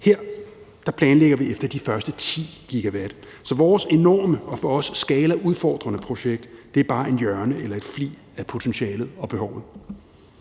Her planlægger vi efter de første 10 GW. Så vores enorme og for os skalaudfordrende projekt er bare et hjørne og en flig af potentialet og behovet.